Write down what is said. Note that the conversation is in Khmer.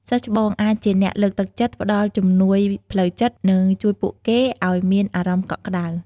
សិស្សច្បងអាចជាអ្នក លើកទឹកចិត្ត ផ្តល់ជំនួយផ្លូវចិត្ត និងជួយពួកគេឲ្យមានអារម្មណ៍កក់ក្តៅ។